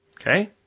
Okay